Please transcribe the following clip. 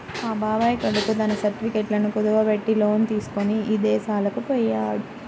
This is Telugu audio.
మా బాబాయ్ కొడుకు తన సర్టిఫికెట్లను కుదువబెట్టి లోను తీసుకొని ఇదేశాలకు పొయ్యాడు